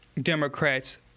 Democrats